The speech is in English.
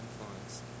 influence